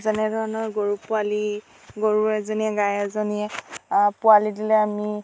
যেনেধৰণৰ গৰু পোৱালী গৰু এজনীয়ে গাই এজনীয়ে পোৱালী দিলে আমি